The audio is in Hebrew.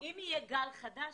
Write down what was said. אם יהיה גל חדש,